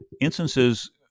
instances